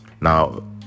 now